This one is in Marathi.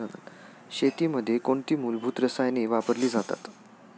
शेतीमध्ये कोणती मूलभूत रसायने वापरली जातात?